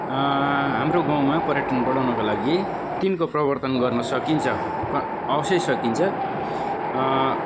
हाम्रो गाउँमा पर्यटन बढाउनका लागि तिनको प्रवर्तन गर्न सकिन्छ क अवश्य सकिन्छ